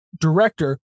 director